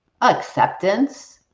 Acceptance